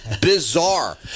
Bizarre